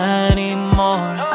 anymore